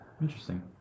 Interesting